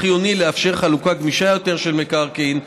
חיוני לאפשר חלוקה גמישה יותר של מקרקעין,